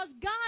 God